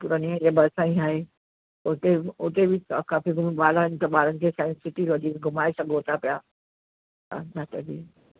पुरनियां जे भरिसां ई आहे उते उते बि तव्हां काफ़ी ॿारनि खे फ़न सिटी घुमाए सघो था पिया हा